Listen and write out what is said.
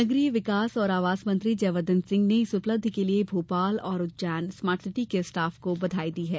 नगरीय विकास और आवास मंत्री जयवर्द्वन सिंह ने इस उपलब्धि के लिए भोपाल और उज्जैन स्मार्ट सिटी के स्टॉफ को बधाई दी है